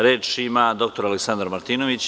Reč ima dr Aleksandar Martinović.